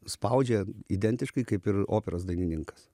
spaudžia identiškai kaip ir operos dainininkas